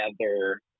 together